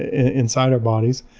ah inside our bodies.